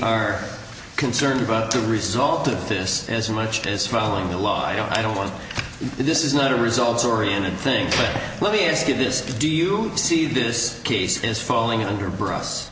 are concerned about the result of this as much as following the law i don't this is not a results oriented thing but let me ask you this do you see this case is falling under bras